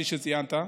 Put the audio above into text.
כפי שציינת,